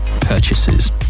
purchases